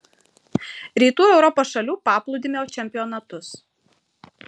rytų europos šalių paplūdimio čempionatus